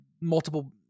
multiple